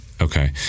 Okay